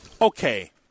Okay